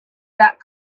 that